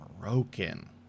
broken